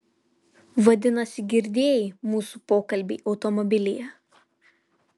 vadinasi girdėjai mūsų pokalbį automobilyje